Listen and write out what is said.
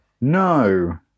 No